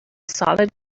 solid